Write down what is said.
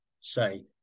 say